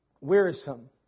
wearisome